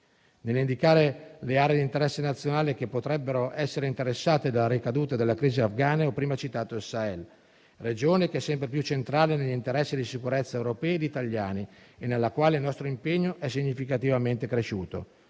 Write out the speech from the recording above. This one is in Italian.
Nell'indicare le aree di interesse nazionale che potrebbero essere interessate dalle ricadute della crisi afghana ho prima citato il Sahel, regione che è sempre più centrale negli interessi di sicurezza europei e italiani e nella quale il nostro impegno è significativamente cresciuto.